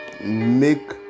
make